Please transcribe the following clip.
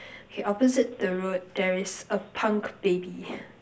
okay opposite the road there is a punk baby